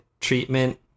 treatment